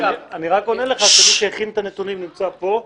אז אני רק עונה לך, שמי שהכין את הנתונים נמצא פה.